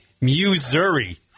Missouri